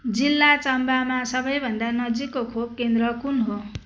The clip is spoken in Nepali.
जिल्ला चम्बामा सबैभन्दा नजिकको खोप केन्द्र कुन हो